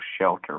shelter